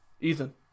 Ethan